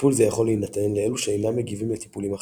טיפול זה יכול להינתן לאלו שאינם מגיבים לטיפולים אחרים.